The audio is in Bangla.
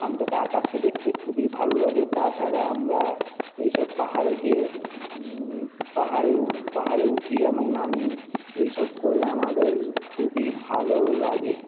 ওখান থেকে আকাশকে দেখতে খুবই ভালো লাগে তাছাড়া আমরা এই সব পাহাড়ে গিয়ে পাহাড়ে পাহাড়ে উঠি এবং নামি এই সব করে আমাদের খুবই ভালো লাগে